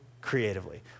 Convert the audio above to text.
creatively